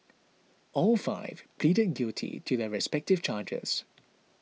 all five pleaded guilty to their respective charges